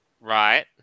Right